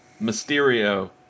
Mysterio